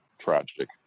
tragic